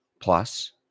plus